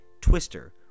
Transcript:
Twister